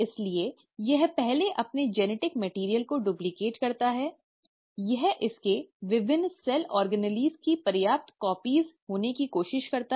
इसलिए यह पहले अपने जेनेटिक मैटिअर्इअल को डुप्लिकेट करता है यह इसके विभिन्न सेल ऑर्गेनेल की पर्याप्त प्रतियां होने की भी कोशिश करता है